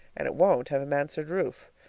and it won't have a mansard roof.